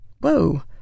whoa